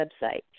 website